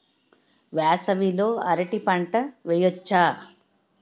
వేసవి లో అరటి పంట వెయ్యొచ్చా?